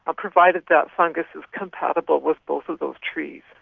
ah provided that fungus is compatible with both of those trees.